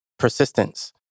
Persistence